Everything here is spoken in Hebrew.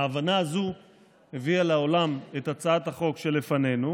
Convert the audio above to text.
ההבנה הזו הביאה לעולם את הצעת החוק שלפנינו,